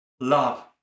love